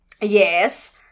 yes